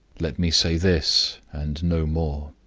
let me say this and no more.